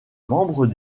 membre